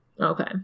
Okay